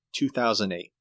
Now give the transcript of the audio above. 2008